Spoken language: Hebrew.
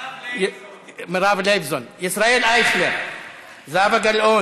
יש לה להגיד אחרי